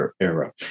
era